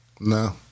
no